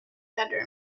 bedroom